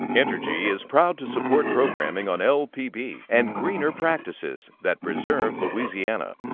entergy is proud to support programming on lpb and greener practices that preserve louisiana.